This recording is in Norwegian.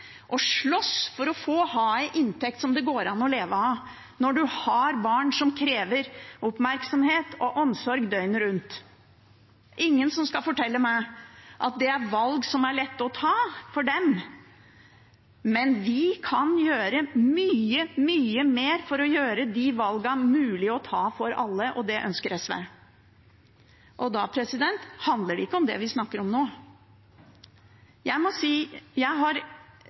slåss for å ha en inntekt som det går an å leve av, når man har barn som krever oppmerksomhet og omsorg døgnet rundt. Det er ingen som skal fortelle meg at det er valg som er lette å ta for dem, men vi kan gjøre mye, mye mer for å gjøre de valgene mulige å ta for alle, og det ønsker SV. Da handler det ikke om det vi snakker om nå. Jeg har vært med helt fra abortkampen pågikk på 1970-tallet, og jeg har